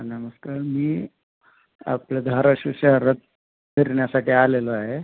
नमस्कार मी आपलं धाराशिव शहरात फिरण्यासाठी आलेलो आहे